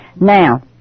Now